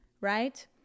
right